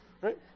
Right